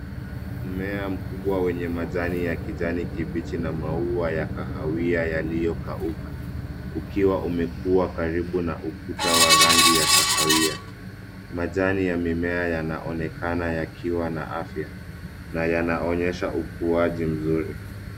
Mmea mkubwa wenye majani ya kijani kibichi na maua ya kahawia yaliyokauka, ukiwa umekuwa karibu na ukuta wa rangi ya kahawia. Majani ya mimea yanaonekana yakiwa na afya na yanaonyesha ukuaji mzuri.